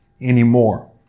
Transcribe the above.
anymore